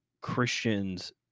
Christians